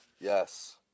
Yes